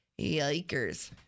Yikers